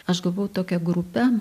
aš gavau tokią grupę